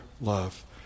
love